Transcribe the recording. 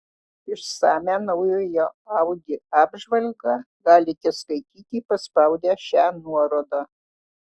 išsamią naujojo audi apžvalgą galite skaityti paspaudę šią nuorodą